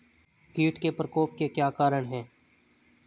कीट के प्रकोप के क्या कारण हैं?